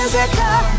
Physical